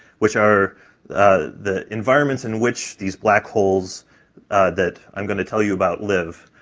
which are the environments in which these black holes that i'm going to tell you about live.